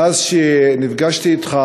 מאז שנפגשתי אתך,